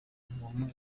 umuntu